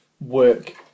work